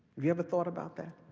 you ever thought about that